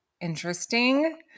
interesting